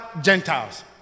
gentiles